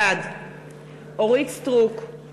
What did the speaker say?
בעד אורית סטרוק,